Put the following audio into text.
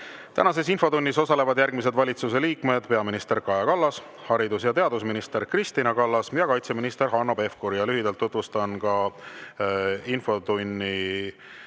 Tänases infotunnis osalevad järgmised valitsuse liikmed: peaminister Kaja Kallas, haridus‑ ja teadusminister Kristina Kallas ja kaitseminister Hanno Pevkur. Lühidalt tutvustan ka infotunni